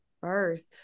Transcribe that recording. first